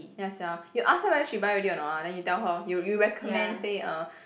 ya sia you ask her whether she buy already or not ah then you tell you you recommend say uh